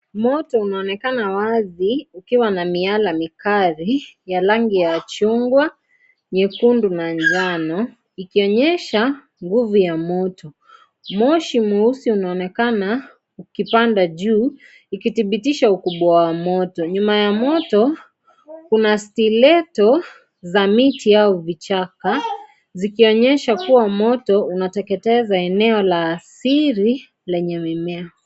Moto unaonekana wazi ukiwa na miale mikali ya rangi ya chungwa, nyekundu na njano ikionyesha nguvu ya moto, moshi nyeupe unaonekana ukipanda juu ukithibitisha ukubwa wa moto, nyuma ya moto kuna sileto za miti au vichaka, zikionyesha kuwa moto unateketeza eneo la siri yenye mimea.